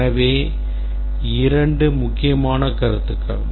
எனவே இரண்டு முக்கியமான கருத்துக்கள்